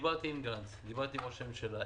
דיברתי עם גנץ, דיברתי עם ראש הממשלה.